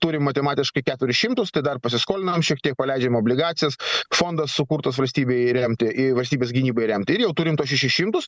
turim matematiškai keturis šimtus tai dar pasiskolinam šiek tiek paleidžiam obligacijas fondas sukurtas valstybei remti i valstybės gynybai remti ir jau turim tuos šešis šimtus